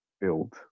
build